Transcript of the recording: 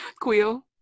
quill